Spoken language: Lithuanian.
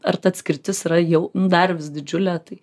ar ta atskirtis yra jau dar vis didžiulė tai